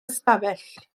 ystafell